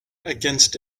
against